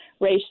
race